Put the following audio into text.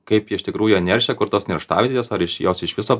kaip jie iš tikrųjų neršia kur tos nerštavietės ar iš jos iš viso